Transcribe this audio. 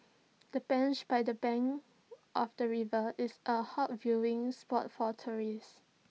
the bench by the bank of the river is A hot viewing spot for tourists